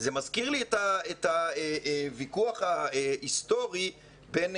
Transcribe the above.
זה מזכיר לי את הוויכוח ההיסטורי בין